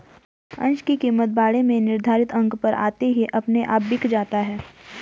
अंश की कीमत बाड़े में निर्धारित अंक पर आते ही अपने आप बिक जाता है